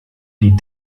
die